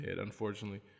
unfortunately